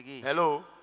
Hello